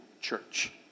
church